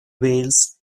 wales